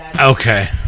Okay